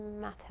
matter